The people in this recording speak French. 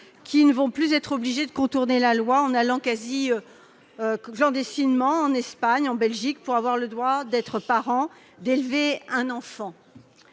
qui ne vont plus être obligées de contourner la loi en allant quasi clandestinement en Espagne ou en Belgique pour avoir le droit d'être parents et d'élever un enfant.